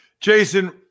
Jason